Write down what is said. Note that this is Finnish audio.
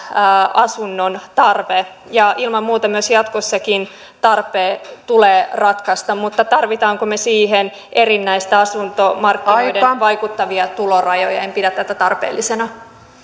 asunnon tarve ja ilman muuta jatkossakin tarpeen tulee ratkaista mutta tarvitsemmeko me siihen erillisiä asuntomarkkinoihin vaikuttavia tulorajoja en pidä tätä tarpeellisena